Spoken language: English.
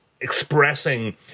expressing